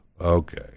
Okay